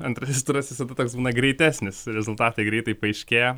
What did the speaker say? antrasis turas visada toks būna greitesnis rezultatai greitai paaiškėja